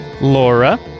Laura